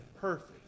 perfect